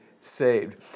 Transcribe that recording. saved